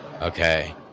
okay